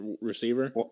receiver